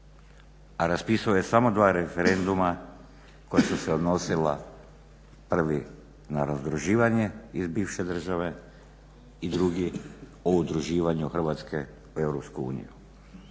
a raspisao je samo dva referenduma koja su se odnosila, prvi na razdruživanje iz bivše države i drugi o udruživanju Hrvatske u EU.